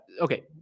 okay